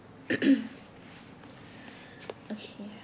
okay